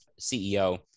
CEO